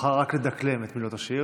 אוכל רק לדקלם את מילות השיר.